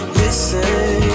listen